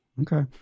Okay